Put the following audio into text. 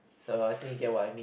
so I think you get what I mean